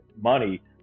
money